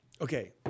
Okay